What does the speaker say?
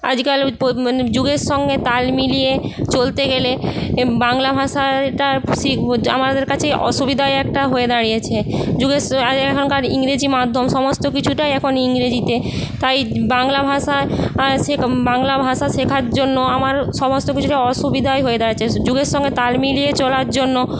আজকাল মানে যুগের সঙ্গে তাল মিলিয়ে চলতে গেলে বাংলা ভাষাটা শিখবো আমাদের কাছে অসুবিধা একটা হয়ে দাঁড়িয়েছে যুগের এখনকার ইংরেজি মাধ্যম সমস্ত কিছুই এখন ইংরেজিতে তাই বাংলা ভাষা বাংলা ভাষা শেখার জন্য আমার সমস্ত কিছুতে অসুবিধা হয়ে দাঁড়াচ্ছে যুগের সঙ্গে তাল মিলিয়ে চলার জন্য